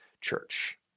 church